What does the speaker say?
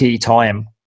time